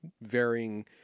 varying